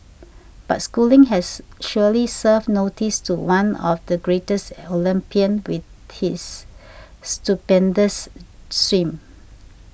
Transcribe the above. but Schooling has surely served notice to the one of the greatest Olympian with this stupendous swim